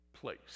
place